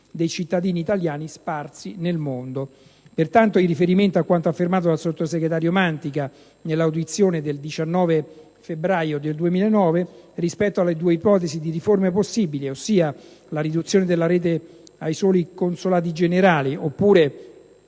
dei cittadini italiani sparsi per il mondo. Pertanto, in riferimento a quanto affermato dal sottosegretario Mantica nell'audizione del 19 febbraio 2009, rispetto alle due ipotesi di riforma possibili, ossia la riduzione della rete ai soli consolati generali, oppure,